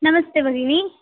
नमस्ते भगिनि